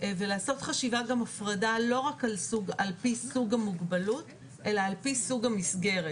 ולעשות חשיבה על הפרדה לא רק על פי סוג המוגבלות אלא על פי סוג המסגרת.